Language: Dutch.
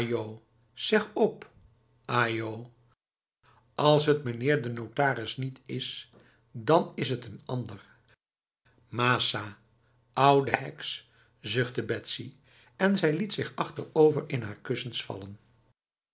zeg op ajo als het meneer de notaris niet is dan is het een ander masah oude heks zuchtte betsy en zij liet zich achterover in haar kussens vallen